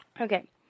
Okay